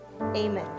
amen